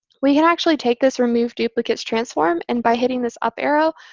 we can actually take this remove duplicates transform and, by hitting this up arrow,